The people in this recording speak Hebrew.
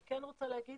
אני כן רוצה להגיד